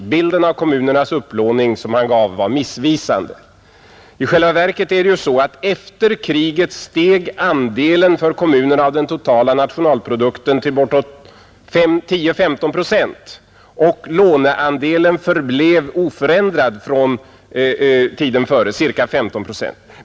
Den bild som han gav av kommunernas upplåning var missvisande. I själva verket är det så att efter kriget steg för kommunerna andelen av den totala nationalprodukten till bortåt 5—10 procent, och låneandelen förblev oförändrad ca 15 procent.